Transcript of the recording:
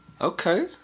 Okay